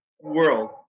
world